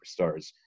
superstars